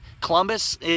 Columbus